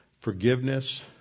forgiveness